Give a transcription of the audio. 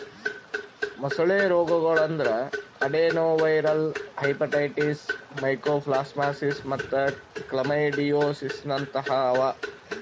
ಮೊಸಳೆ ರೋಗಗೊಳ್ ಅಂದುರ್ ಅಡೆನೊವೈರಲ್ ಹೆಪಟೈಟಿಸ್, ಮೈಕೋಪ್ಲಾಸ್ಮಾಸಿಸ್ ಮತ್ತ್ ಕ್ಲಮೈಡಿಯೋಸಿಸ್ನಂತಹ ಅವಾ